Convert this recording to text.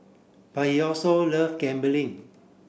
but he also love gambling